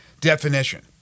definition